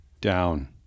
down